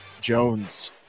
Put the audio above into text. Jones